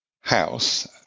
house